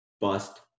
bust